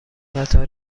قطار